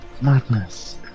Madness